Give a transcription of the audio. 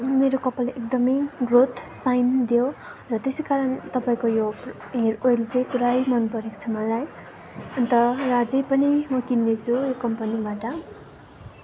मेरो कपाल एकदमै ग्रोथ साइन दियो र त्यसै कारण तपाईँको यो हेयर ओइल चाहिँ प्राय मनपरेको छ मलाई अन्त र अझै पनि म किन्नेछु यो कम्पनीबाट